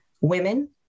women